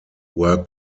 were